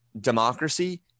democracy